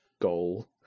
goal